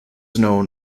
known